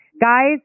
Guys